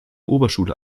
oberschule